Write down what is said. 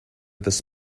this